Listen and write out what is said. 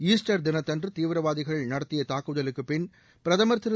Easter தினத்தன்று தீவிரவாதிகள் நடத்திய தாக்குதலுக்குப் பின் பிரதமர் திரு